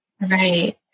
Right